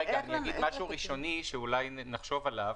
רגע, אני אגיד משהו ראשוני שאולי נחשוב עליו.